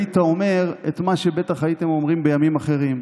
היית אומר את מה שבטח הייתם אומרים בימים אחרים: